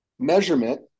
measurement